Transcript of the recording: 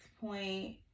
point